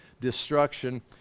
destruction